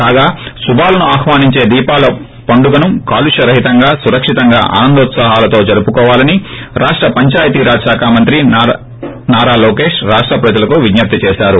కాగా శుభాలను ఆహ్వానించే దీపాల పండుగను కాలుష్య రహితంగా సురక్షితంగా ఆనందోతాసహాలతో జరుపుకోవాలని రాష్ట పంచాయితీ రాజ్ శాఖ మంత్రి నారా లోకేష్ రాష్ట ప్రజలకు విజ్లప్తి చేశారు